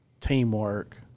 teamwork